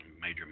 major